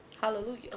hallelujah